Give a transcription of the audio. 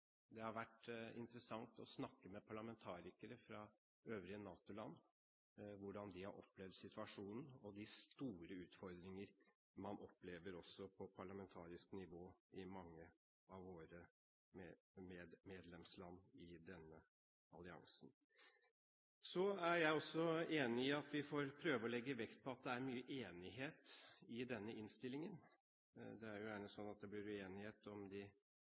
Det har vært interessant å snakke med parlamentarikere fra øvrige NATO-land om hvordan mange av medlemslandene i denne alliansen har opplevd situasjonen og de store utfordringene, også på parlamentarisk nivå. Så er jeg også enig i at vi får prøve å legge vekt på at det er mye enighet i denne innstillingen. Det er jo gjerne sånn at det blir uenighet og debatt om